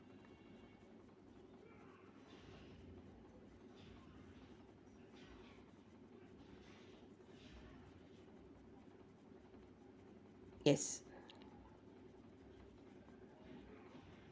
yes